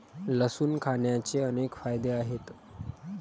लसूण खाण्याचे अनेक फायदे आहेत